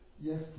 Yes